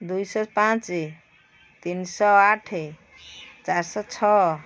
ଦୁଇଶହ ପାଞ୍ଚ ତିନିଶହ ଆଠ ଚାରିଶହ ଛଅ